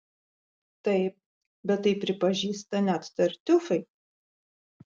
taip bet tai pripažįsta net tartiufai